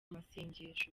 masengesho